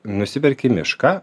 nusiperki mišką